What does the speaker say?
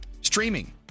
streaming